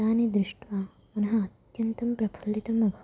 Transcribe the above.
तानि दृष्ट्वा मनः अत्यन्तं प्रफुल्लितमभवत्